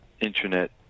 internet